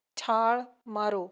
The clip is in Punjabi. ਛਾਲ ਮਾਰੋ